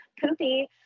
poopy